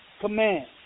command